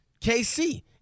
KC